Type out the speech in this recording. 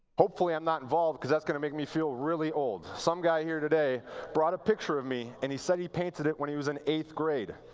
hopefully, i am not involved, because that's going to make me feel really old. some guy here today brought a picture of me, and he said he painted it when he was in eighth grade.